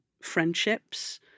Friendships